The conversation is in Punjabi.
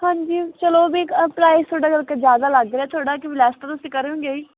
ਹਾਂਜੀ ਚਲੋ ਵੀ ਪ੍ਰਾਈਜ਼ ਥੋੜ੍ਹਾ ਕਰਕੇ ਜ਼ਿਆਦਾ ਲੱਗ ਰਿਹਾ ਥੋੜ੍ਹਾ ਕਿ ਵੀ ਲੈਸ ਤਾਂ ਤੁਸੀਂ ਕਰੋਗੇ ਹੀ